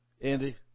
Andy